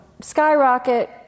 skyrocket